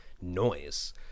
noise